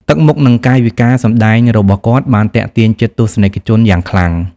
ទឹកមុខនិងកាយវិការសម្ដែងរបស់គាត់បានទាក់ទាញចិត្តទស្សនិកជនយ៉ាងខ្លាំង។